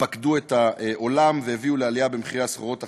פקדו את העולם והביאו לעלייה במחירי הסחורות החקלאיות.